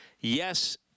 Yes